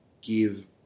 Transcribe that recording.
give